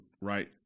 right